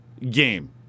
game